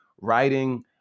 writing